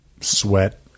sweat